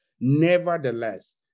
Nevertheless